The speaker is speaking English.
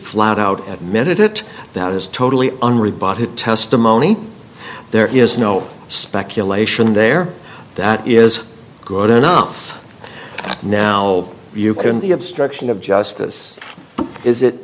flat out admitted it that is totally unreal bahu testimony there is no speculation there that is good enough now you can the obstruction of justice is it